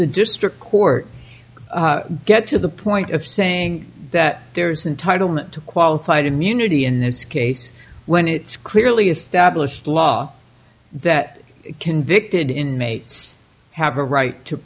the district court get to the point of saying that there's entitlement to qualified immunity in this case when it's clearly established law that convicted inmates have a right to